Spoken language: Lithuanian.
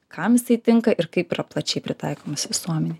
kam jisai tinka ir kaip yra plačiai pritaikomas visuomenėj